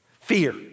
Fear